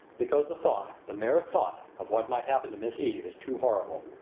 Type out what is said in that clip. because the thought, the mere thought, of what might happen to miss eve is too horrible!